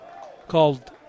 called